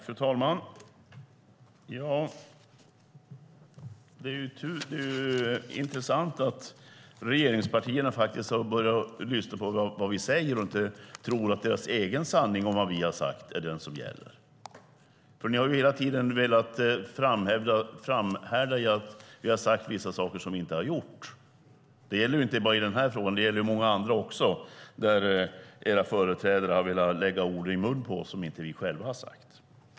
Fru talman! Det är intressant att regeringspartierna har börjat lyssna på vad vi säger och inte tror att deras egen sanning om vad vi har sagt är den som gäller. Ni har hela tiden velat framhärda i att vi har sagt vissa saker som vi inte har sagt. Det gäller inte bara i den här frågan utan också i många andra frågor där era företrädare har velat lägga ord i munnen på oss som vi själva inte har sagt.